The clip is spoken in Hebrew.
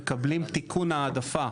מקבלים תיקון העדפה.